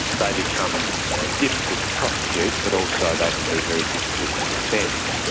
they become ah difficult to prosecute, but also they can be very difficult to defend,